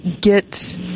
get